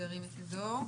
שירים את ידו.